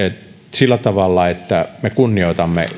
sillä tavalla että me kunnioitamme